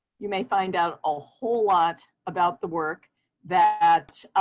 you may find out a whole lot about the work that